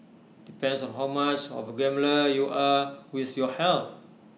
depends on how much of A gambler you are with your health